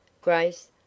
Grace